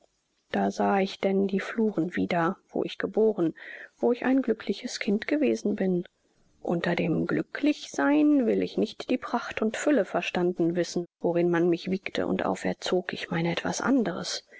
da sah ich denn die fluren wieder wo ich geboren wo ich ein glückliches kind gewesen bin unter dem glücklich sein will ich nicht die pracht und fülle verstanden wissen worin man mich wiegte und auferzog ich meine etwas anderes